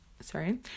Sorry